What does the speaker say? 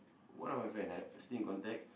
one of my friend I still in contact